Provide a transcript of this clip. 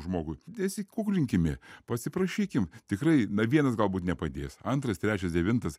žmogui nesikuklinkime pasiprašykim tikrai na vienas galbūt nepadės antras trečias devintas